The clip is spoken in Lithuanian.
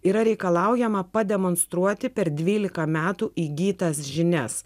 yra reikalaujama pademonstruoti per dvylika metų įgytas žinias